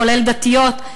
כולל דתיות,